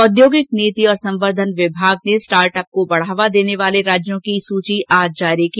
औद्योगिक नीति और संवर्धन विभाग ने स्टार्टअप का बढ़ावा दने वाले राज्यों की सूची आज जारी की